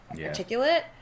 articulate